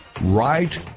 Right